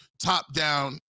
top-down